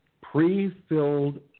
pre-filled